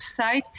website